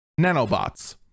nanobots